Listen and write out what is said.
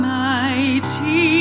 mighty